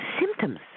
symptoms